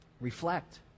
Reflect